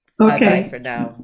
Okay